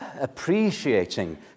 appreciating